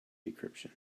decryption